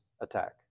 attack